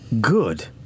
Good